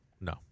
No